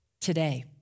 today